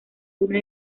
uno